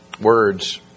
words